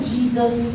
Jesus